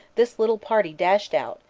this little party dashed out,